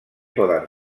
poden